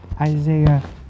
Isaiah